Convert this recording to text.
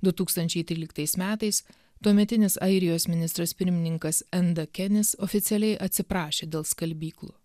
du tūkstančiai tryliktais metais tuometinis airijos ministras pirmininkas enda kenis oficialiai atsiprašė dėl skalbyklų